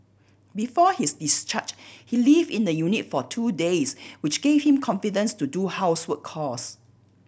before his discharge he lived in the unit for two days which gave him confidence to do household chores